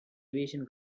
aviation